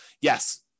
yes